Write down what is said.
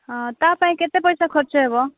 ହଁ ତା ପାଇଁ କେତେ ପଇସା ଖର୍ଚ୍ଚ ହେବ